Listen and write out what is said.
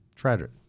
Tragic